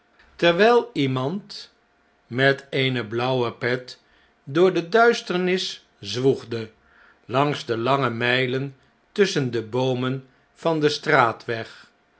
terwjjl iemand met eene blauwe pet door de duisternis zwoegde langs de lange mn'len tusschen de boomen van den straatweg